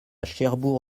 cherbourg